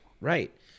Right